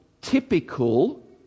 typical